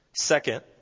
Second